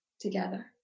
together